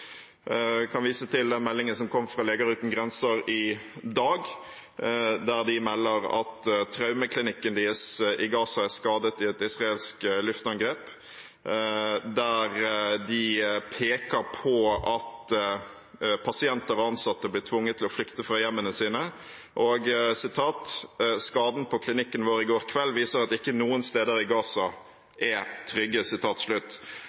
kan vise til den meldingen som kom fra Leger Uten Grenser i dag, der de melder at traumeklinikken deres i Gaza er skadet i et israelsk luftangrep, de peker på at pasienter og ansatte blir tvunget til å flykte fra hjemmene sine, og: « Skaden på klinikken vår i går kveld viser at ikke noen steder i